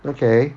okay